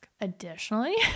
Additionally